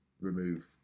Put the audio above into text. remove